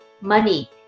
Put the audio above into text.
money